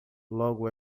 logo